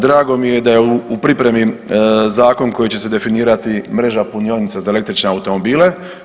Drago mi je da je u pripremi zakon koji će se definirati mreža punionica za električne automobile.